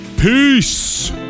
Peace